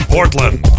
Portland